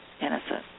innocent